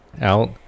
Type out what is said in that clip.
out